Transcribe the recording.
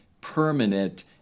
permanent